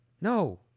no